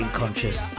conscious